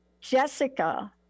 Jessica